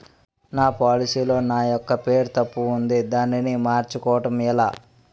నా పోలసీ లో నా యెక్క పేరు తప్పు ఉంది దానిని మార్చు కోవటం ఎలా?